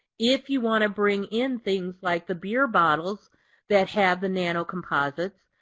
if you want to bring in things like the beer bottles that have the nanocomposites,